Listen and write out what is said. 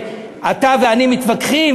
אתה ואני מתווכחים,